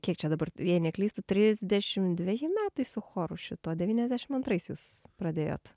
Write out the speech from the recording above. kiek čia dabar jei neklystu trisdešim dveji metai su choru šito devyniasdešim antrais jūs pradėjot